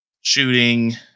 shooting